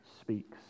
speaks